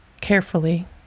carefully